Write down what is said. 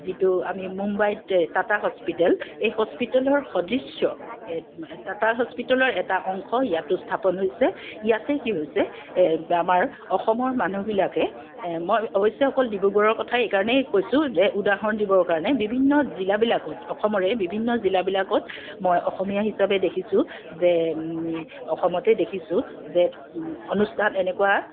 যিটো আমি মুম্বাইত টাটা হস্পিটেল এই হস্পিটেলৰ সাদৃশ্য টাটা হস্পিটেলৰ এটা অংশ ইয়াতো স্থাপন হৈছে ইয়াতে কি হৈছে আমাৰ অসমৰ মানুহবিলাকে মই অৱশ্য়ে অকল ডিব্ৰুগড়ৰ কথা এইকাৰণেই কৈছোঁ যে উদাহৰণ দিবৰ কাৰণে বিভিন্ন জিলাবিলাকত অসমৰে বিভিন্ন জিলাবিলাকত মই অসমীয়া হিচাপে দেখিছোঁ যে অসমতে দেখিছো যে অনুষ্ঠান এনেকুৱা